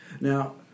Now